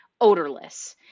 odorless